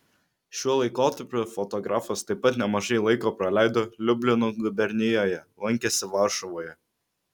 šiuo laikotarpiu fotografas taip pat nemažai laiko praleido liublino gubernijoje lankėsi varšuvoje